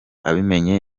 abimenye